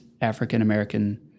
African-American